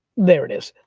there it is.